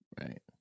Right